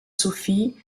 sophie